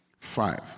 Five